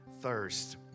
thirst